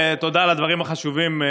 תודה על הדברים החשובים.